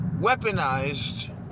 weaponized